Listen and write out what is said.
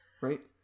right